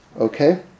Okay